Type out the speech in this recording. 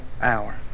hour